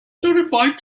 certified